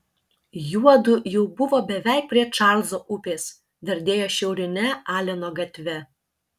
juodu jau buvo beveik prie čarlzo upės dardėjo šiaurine aleno gatve